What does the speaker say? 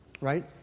right